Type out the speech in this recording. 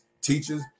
teachers